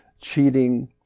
cheating